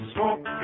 Smoke